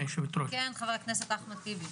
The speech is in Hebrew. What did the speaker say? בבקשה, חבר הכנסת אחמד טיבי.